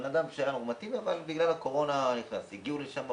הגיעו לשם,